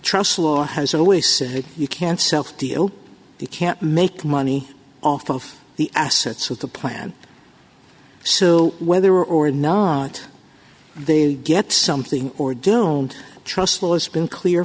trust law has always said you can't self deal you can't make money off of the assets of the plan so whether or not they get something or don't trust laws been clear